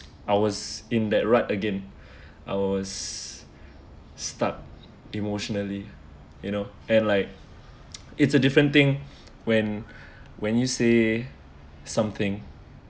I was in that right again I was start emotionally you know and like it's a different thing when when you say something